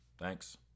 thanks